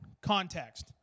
context